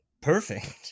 perfect